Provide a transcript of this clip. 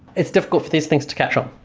it's difficult for these things to catch on,